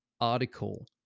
article